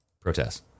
protest